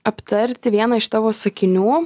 aptarti vieną iš tavo sakinių